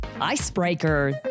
icebreaker